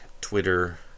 Twitter